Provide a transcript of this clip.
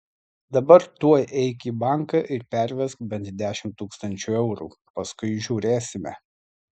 dabar tuoj eik į banką ir pervesk bent dešimt tūkstančių eurų paskui žiūrėsime